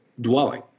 dwelling